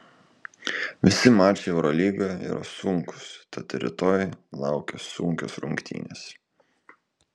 visi mačai eurolygoje yra sunkūs tad ir rytoj laukia sunkios rungtynės